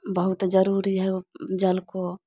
बहुत जरूरी है जल को